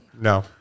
No